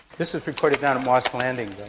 this was recorded down at moss landing,